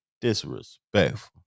Disrespectful